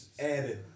added